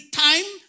time